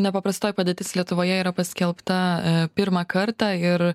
nepaprastoji padėtis lietuvoje yra paskelbta pirmą kartą ir